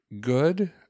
good